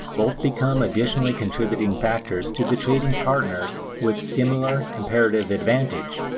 both become additionally contributing factors to the trading partners with similar comparative advantage,